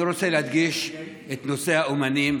אני רוצה להדגיש את נושא האומנים,